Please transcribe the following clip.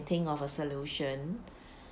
think of a solution